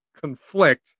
conflict